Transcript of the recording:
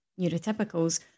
neurotypicals